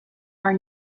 are